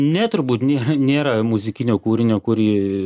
ne turbūt nėra nėra muzikinio kūrinio kurį